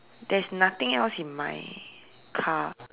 there's nothing else in my car